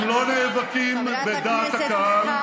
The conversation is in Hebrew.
הם לא נאבקים בדעת הקהל, חברת הכנסת מיכל.